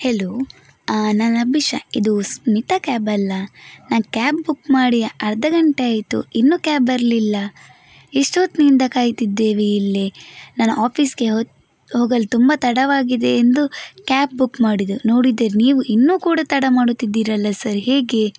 hello ನಾನು ಅಭಿಷಾ ಇದು ಸ್ಮಿತಾ ಕ್ಯಾಬಲ್ಲ ನಾನು ಕ್ಯಾಬ್ ಬುಕ್ ಮಾಡಿ ಅರ್ಧ ಗಂಟೆ ಆಯಿತು ಇನ್ನೂ ಕ್ಯಾಬ್ ಬರಲಿಲ್ಲ ಇಷ್ಟು ಹೊತ್ತಿನಿಂದ ಕಾಯ್ತಾಯಿದ್ದೇವೆ ಇಲ್ಲಿ ನಾನು ಆಫೀಸ್ಗೆ ಹೋಗಲು ತುಂಬ ತಡವಾಗಿದೆ ಎಂದು ಕ್ಯಾಬ್ ಬುಕ್ ಮಾಡಿದ್ದು ನೋಡಿದರೆ ನೀವು ಇನ್ನೂ ಕೂಡ ತಡ ಮಾಡುತಿದ್ದೀರಲ್ಲ ಸರ್ ಹೇಗೆ